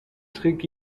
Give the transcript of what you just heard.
trägt